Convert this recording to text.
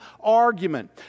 argument